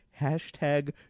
hashtag